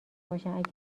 باشند